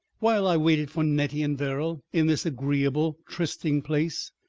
while i waited for nettie and verrall in this agreeable trysting place,